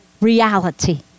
reality